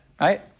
Right